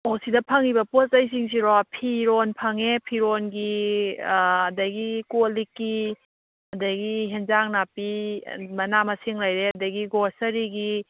ꯑꯣ ꯁꯤꯗ ꯐꯪꯉꯤꯕ ꯄꯣꯠ ꯆꯩꯁꯤꯡꯁꯤꯔꯣ ꯐꯤꯔꯣꯟ ꯐꯪꯉꯦ ꯐꯤꯔꯣꯟꯒꯤ ꯑꯗꯒꯤ ꯀꯣꯛꯂꯤꯛꯀꯤ ꯑꯗꯒꯤ ꯑꯦꯟꯁꯥꯡ ꯅꯥꯄꯤ ꯃꯅꯥ ꯃꯁꯤꯡ ꯂꯩꯔꯦ ꯑꯗꯒꯤ ꯒ꯭ꯔꯣꯁꯔꯤꯒꯤ